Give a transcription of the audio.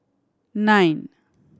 nine